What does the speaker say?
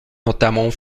notamment